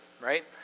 right